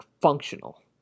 functional